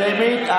שמית.